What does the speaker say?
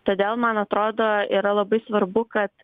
todėl man atrodo yra labai svarbu kad